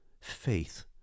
faith